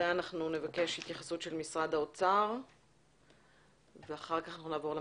ואחריה נבקש התייחסות של משרד האוצר ואחר כך נעבור למגדלים.